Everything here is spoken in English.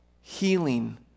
Healing